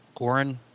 Goran